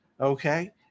Okay